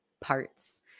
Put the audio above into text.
parts